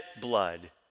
blood